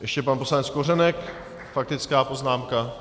Ještě pan poslanec Kořenek faktická poznámka.